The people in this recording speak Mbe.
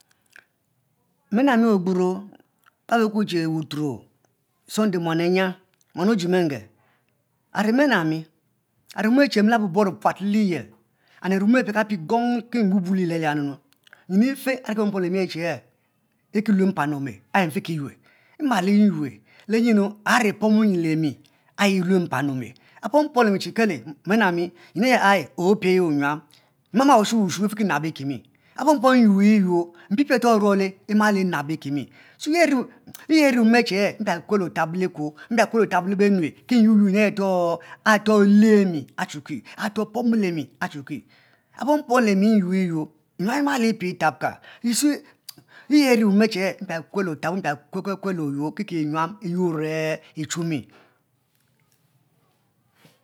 Mene ami ogburo e be kuki che wuturo sunday muan anya ojie menge ari mene ami arinom echue amila bobour puat le liyel and ri mom e apra kemi pie lai mbubu lehiyel nyim efe ayi ari ki pompom lem ayi nriki lue mpam ome ayi mfe ki yue mmal nyue le nyinu ani pomo yin le mi ayi eni mpan ome, apom pom le mi che mene ami nyin aya apie yi nyuam mmama wushu wushu, ifi kina na okimi apom pom nyu nyu mpipie areto omole imalo enab ekimi, so eri mom are e che empiake kue le otabo likuo mpia ke kue le otubo le benue ki nyuem yuen areto a lem achuki are alemi achuki apom pom le nyur yuor nyuam imali pie tabka yousee mpia ke kue kie le eyour ki nyuam iyuor echumi